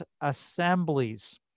assemblies